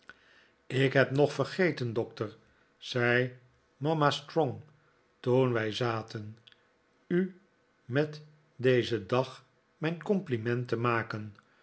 ik heb nog vergeten doctor zei mama strong toen wij zaten u met dezen dag mijn compliment te maken